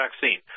vaccine